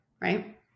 Right